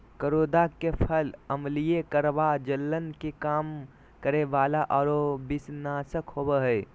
करोंदा के फल अम्लीय, कड़वा, जलन के कम करे वाला आरो विषनाशक होबा हइ